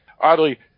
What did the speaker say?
Oddly